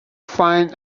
find